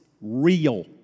real